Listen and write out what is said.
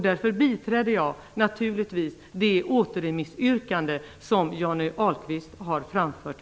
Därför biträder jag naturligtvis det återremissyrkande som Johnny Ahlqvist har framfört.